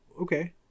okay